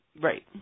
Right